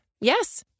Yes